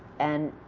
and